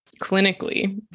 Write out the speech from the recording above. clinically